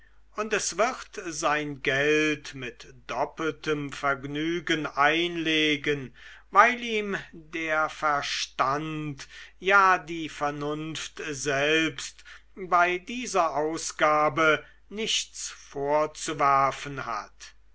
und es wird sein geld mit doppeltem vergnügen einlegen weil ihm der verstand ja die vernunft selbst bei dieser ausgabe nichts vorzuwerfen hat